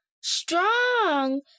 strong